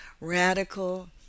radical